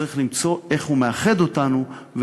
וצריך למצוא איך הוא מאחד אותנו,